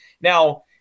Now